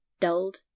dulled